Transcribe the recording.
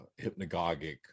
hypnagogic